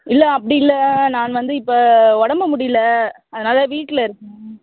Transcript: இல்லை அப்படி இல்லை நான் வந்து இப்போ உடம்பு முடியல அதனால் வீட்டில் இருக்கேன்